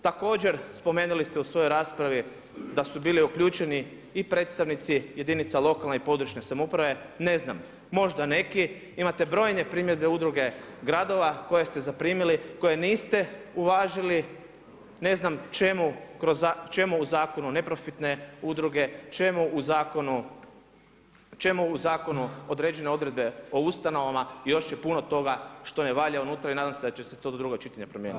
Također, spomenuli ste u svojoj raspravi da su bili uključeni i predstavnici jedinica lokalne i područne samouprave, ne znam, možda neki, imate brojne primjedbe udruge gradova koje ste zaprimili, koje niste uvažili, ne znam čemu u zakonu neprofitne udruge, čemu u zakonu određene odredbe o ustanovama, još je puno toga što ne valja unutra i nadam se da će s to do drugog čitanja promijeniti.